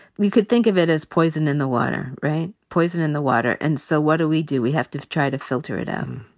could think of it as poison in the water, right? poison in the water. and so what do we do? we have to try to filter it out.